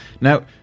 Now